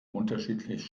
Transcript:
unterschiedlich